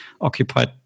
occupied